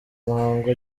muhango